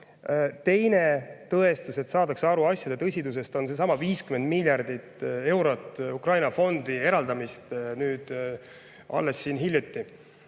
Teine tõestus, et saadakse aru asjade tõsidusest, on seesama 50 miljardit eurot Ukraina fondi eraldamist nüüd alles hiljuti.